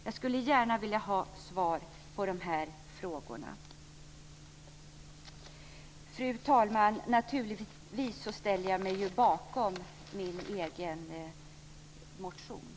Jag skulle gärna vilja ha svar på de här frågorna. Fru talman! Naturligtvis ställer jag mig bakom min egen motion.